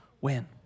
win